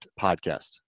podcast